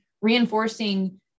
reinforcing